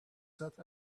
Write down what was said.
sat